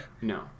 no